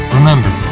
Remember